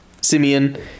Simeon